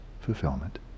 fulfillment